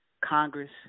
Congress